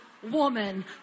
woman